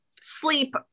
sleep